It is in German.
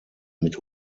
mit